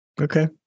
okay